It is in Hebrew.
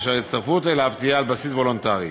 אשר ההצטרפות אליו תהיה על בסיס וולונטרי.